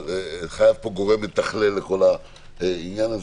חייב גורם מתכלל לכל העניין.